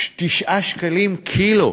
9 שקלים קילו,